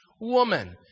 woman